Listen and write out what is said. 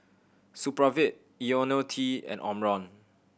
Supravit Ionil T and Omron